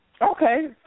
Okay